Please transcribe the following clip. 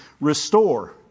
Restore